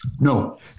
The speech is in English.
No